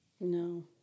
No